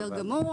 כן.